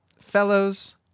fellows